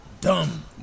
dumb